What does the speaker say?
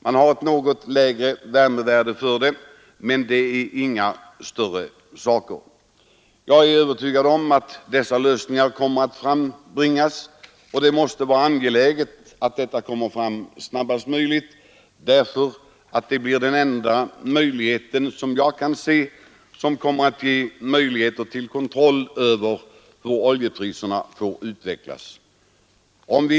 Värmevärdet är något lägre, men det är ingen stor sak. Jag är övertygad om att dessa lösningar kommer att frambringas, och det måste vara angeläget att lösningarna nås snabbast möjligt, för det är den enda möjlighet jag kan se att få kontroll över oljeprisernas utveckling.